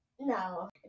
No